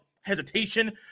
hesitation